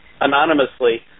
anonymously